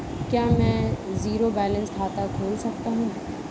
क्या मैं zero balance खाता खोल सकता हूँ?